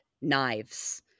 knives